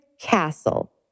Castle